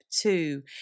two